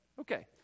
Okay